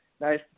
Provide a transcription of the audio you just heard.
Nice